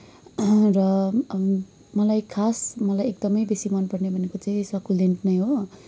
र मलाई खास मलाई एकदमै बेसी मनपर्ने भनेको चाहिँ सकुलेन्ट नै हो